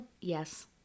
Yes